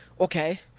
okay